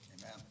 Amen